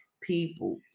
people